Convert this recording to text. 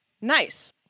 Nice